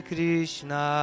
Krishna